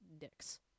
dicks